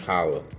Holla